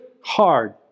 hard